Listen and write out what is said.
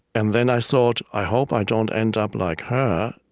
and then i thought, i hope i don't end up like her,